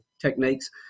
techniques